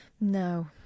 No